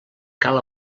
cal